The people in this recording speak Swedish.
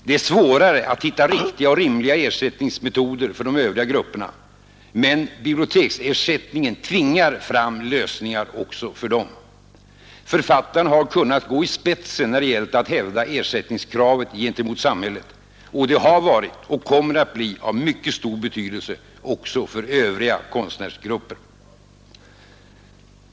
Det är svårare att hitta riktiga och rimliga ersättningsmetoder för de övriga grupperna — men biblioteksersättningen tvingar fram lösningar också för dem. Författarna har kunnat gå i spetsen när det gällt att hävda ersättningskravet gentemot samhället. Och det har varit och kommer att bli av mycket stor betydelse också för övriga konstnärsgrupper.